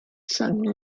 some